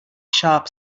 sharp